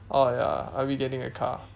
oh ya are we getting a car